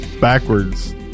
backwards